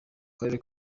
karere